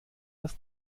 das